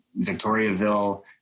Victoriaville